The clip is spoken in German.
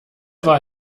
war